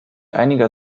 einiger